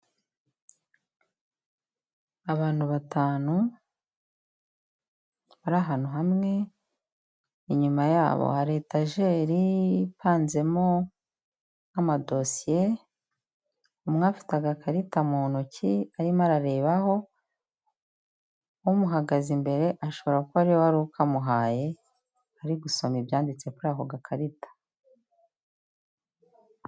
Abantu batanu bari ahantu hamwe, inyuma yabo hari etajeri ipanzemo nk'amadosiye, umwe afite agakarita mu ntoki arimo ararebaho, umuhagaze imbere ashobora kuba ari we wari ukamuhaye ari gusoma ibyanditse kuri ako gakarita.